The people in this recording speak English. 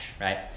right